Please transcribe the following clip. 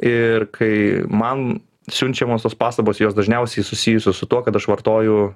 ir kai man siunčiamos tos pastabos jos dažniausiai susijusios su tuo kad aš vartoju